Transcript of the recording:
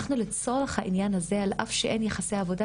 אנחנו לצורך העניין הזה ועל אף שאין יחסי עבודה,